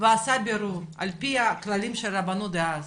ועשה בירור על פי הכללים של הרבנות דאז,